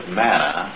manna